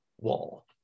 wall